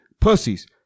pussies